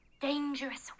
dangerous